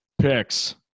Picks